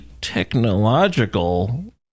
technological